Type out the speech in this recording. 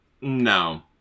No